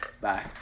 Bye